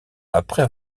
après